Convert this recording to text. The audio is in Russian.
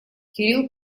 кирилл